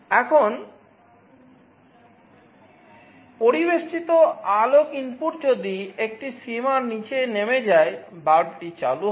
এখন পরিবেষ্টিত আলোক ইনপুট যদি একটি সীমার নীচে নেমে যায় বাল্বটি চালু হবে